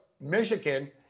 Michigan